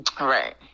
Right